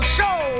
Show